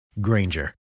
Granger